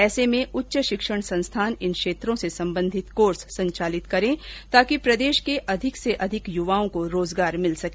ऐसे में उच्च शिक्षण संस्थान इन क्षेत्रों से संबंधित कोर्स संचालित करे ताकि प्रदेश के अधिक से अधिक युवाओं को रोजगार मिल सके